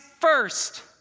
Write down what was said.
first